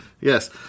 yes